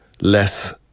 less